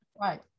Right